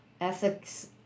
ethics